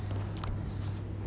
okay